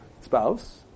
spouse